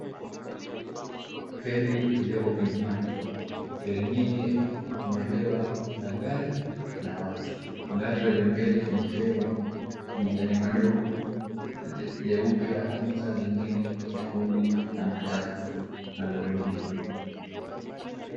Feri ilioko kwenye maji. Feri yenyewe imebeba magari na watu. Magari yaliyo mbele kwenye feri ni magari madogo, leupe la kwanza lingine lekundu na matatu na lori mbili.